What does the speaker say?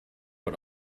but